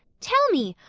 tell me,